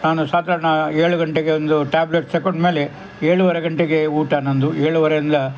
ನಾನು ಸಾಧಾರಣ ಏಳು ಗಂಟೆಗೆ ಒಂದು ಟ್ಯಾಬ್ಲೆಟ್ ತಗೊಂಡ್ಮೇಲೆ ಏಳುವರೆ ಗಂಟೆಗೆ ಊಟ ನನ್ದು ಏಳುವರೆಯಿಂದ